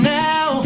now